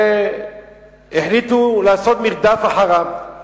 והחליטו לעשות מרדף אחריו.